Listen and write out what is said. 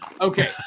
Okay